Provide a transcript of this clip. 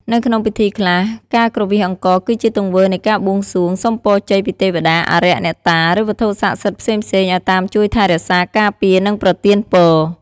នៅក្នុងពិធីខ្លះ ការគ្រវាសអង្ករក៏ជាទង្វើនៃការបួងសួង សុំពរជ័យពីទេវតា អារក្ស អ្នកតា ឬវត្ថុស័ក្តិសិទ្ធិផ្សេងៗឲ្យតាមជួយថែរក្សា ការពារ និងប្រទានពរ។